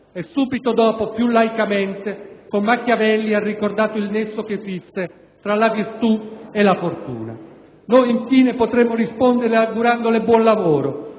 e subito dopo, più laicamente, con Machiavelli ha ricordato il nesso che esiste tra la virtù e la fortuna. Noi, infine, potremmo risponderle augurandole buon lavoro,